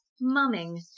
mumming